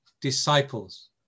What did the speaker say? disciples